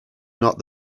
not